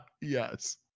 Yes